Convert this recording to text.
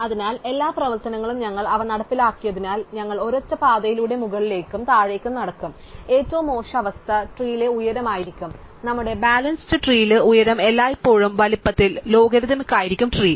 അതിനാൽ എല്ലാ പ്രവർത്തനങ്ങളും ഞങ്ങൾ അവ നടപ്പിലാക്കിയതിനാൽ ഞങ്ങൾ ഒരൊറ്റ പാതയിലൂടെ മുകളിലേക്കും താഴേക്കും നടക്കും അതിനാൽ ഏറ്റവും മോശം അവസ്ഥ ട്രീലെ ഉയരം ആയിരിക്കും നമ്മുടെ ബാലൻസ്ഡ് ട്രീൽ ഉയരം എല്ലായ്പ്പോഴും വലുപ്പത്തിൽ ലോഗരിത്തമിക് ആയിരിക്കും ട്രീ